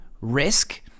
Risk